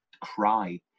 cry